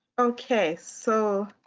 okay, so,